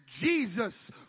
Jesus